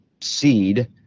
seed